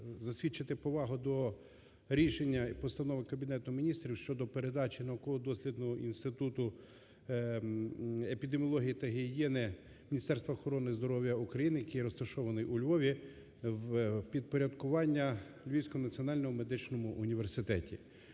засвідчити повагу до рішення і Постанови Кабінету Міністрів щодо передачі науково-дослідного інституту епідеміології та гігієни Міністерства охорони здоров'я України, який розташований у Львові, в підпорядкування Львівського національного медичного університету.